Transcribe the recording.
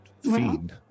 feed